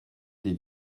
des